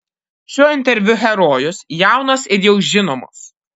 šio interviu herojus jaunas ir jau žinomas